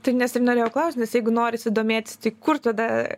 tai nes ir norėjau klaust nes jeigu norisi domėtis tai kur tada